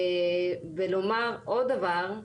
לומר עוד דבר,